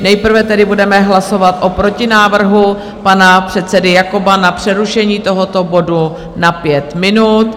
Nejprve tedy budeme hlasovat o protinávrhu pana předsedy Jakoba na přerušení tohoto bodu na pět minut.